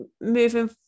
moving